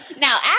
Now